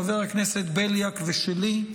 חבר הכנסת בליאק ושלי.